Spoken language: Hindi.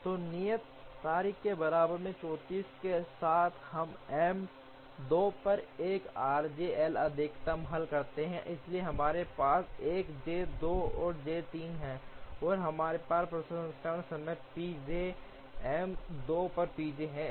तो नियत तारीख के बराबर 34 के साथ हम M 2 पर 1 आरजे एल अधिकतम हल करते हैं इसलिए हमारे पास जे 1 जे 2 और जे 3 है और हमारे पास प्रसंस्करण समय पीजे एम 2 पर पीजे है